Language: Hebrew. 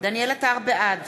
בעד